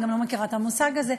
אני לא מכירה את המושג הזה,